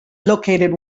located